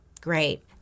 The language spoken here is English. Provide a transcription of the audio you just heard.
great